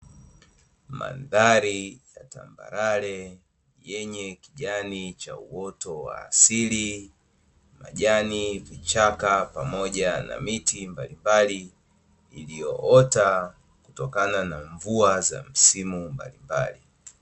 Mandhari ya tambarare yenye kijani cha uoto wa asili, majani, vichaka, pamoja na miti mbalimbali, iliyoota kutokana na mvua za msimu mbalimbali.